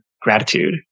gratitude